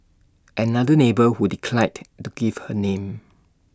another neighbour who declined to give her name